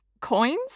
coins